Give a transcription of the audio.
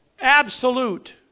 absolute